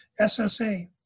SSA